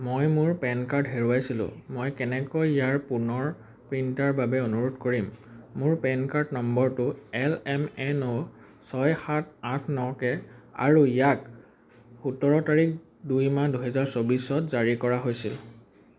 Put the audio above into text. মই মোৰ PAN card হেৰুৱাইছিলোঁ মই কেনেকৈ ইয়াৰ পুনৰ প্ৰিণ্টৰ বাবে অনুৰোধ কৰিম মোৰ পেন কাৰ্ড নম্বৰটো এল এম এন অ' ছয় সাত আঠ ন কে আৰু ইয়াক সোতৰ তাৰিখ দুইমাহ দুহেজাৰ চৌবিছত জাৰী কৰা হৈছিল